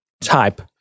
type